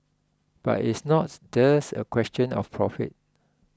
but it's not just a question of profit